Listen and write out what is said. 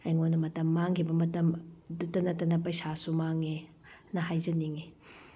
ꯑꯩꯉꯣꯟꯗ ꯃꯇꯝ ꯃꯥꯡꯈꯤꯕ ꯃꯇꯝꯗꯨꯗ ꯅꯠꯇꯅ ꯄꯩꯁꯥꯁꯨ ꯃꯥꯡꯉꯦꯅ ꯍꯥꯏꯖꯅꯤꯡꯉꯤ